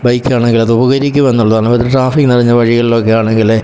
bike ആണെങ്കിൽ അത് ഉപകരിക്കുമെന്നുള്ളതാണ് ഇപ്പം ഒത്തിരി ട്രാഫിക്ക് നിറഞ്ഞ വഴികളിലൊക്കെ ആണെങ്കിൽ